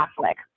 Catholic